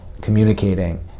communicating